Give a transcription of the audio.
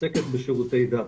עוסקת בשרותי דת.